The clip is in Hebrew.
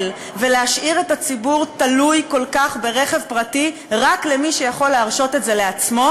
ולהשאיר את הציבור תלוי כל כך ברכב פרטי רק למי שיכול להרשות את זה לעצמו